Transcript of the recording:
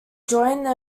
joined